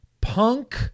Punk